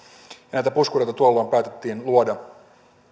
näitä puskureita tuolloin päätettiin luoda